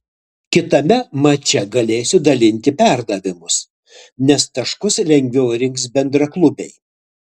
kitame mače galėsiu dalinti perdavimus nes taškus lengviau rinks bendraklubiai